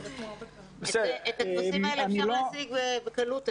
היום את הטפסים האלה אפשר להשיג בקלות.